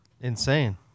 insane